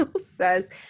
says –